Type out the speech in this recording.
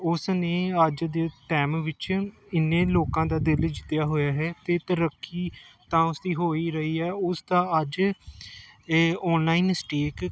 ਉਸ ਨੇ ਅੱਜ ਦੇ ਟਾਈਮ ਵਿੱਚ ਇੰਨੇ ਲੋਕਾਂ ਦਾ ਦਿਲ ਜਿੱਤਿਆ ਹੋਇਆ ਹੈ ਅਤੇ ਤਰੱਕੀ ਤਾਂ ਉਸਦੀ ਹੋ ਹੀ ਰਹੀ ਹੈ ਉਸ ਦਾ ਅੱਜ ਔਨਲਾਈਨ ਸਟੀਕ